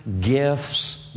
gifts